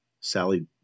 Sally